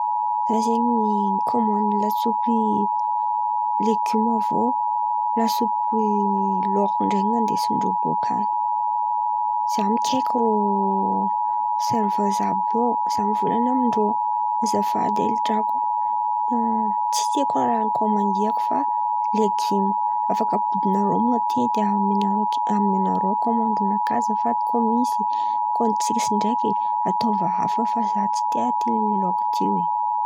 Zah zen̈y mikômandy lasopy legimo, avô lasopy lôko andesindrô baka an̈y. Zah mikaiky rô serivezy, avy io zah mivolan̈a amindrô: azafady hely drako tsy ty raha nikômandiako fa legimo. Afaka ampodinarô ty? De amianarô kômandy nakà azafady, koa misy koa tsisy ndraiky ataovà hafa fa zah tsy tia ty lôko ty oe.